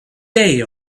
day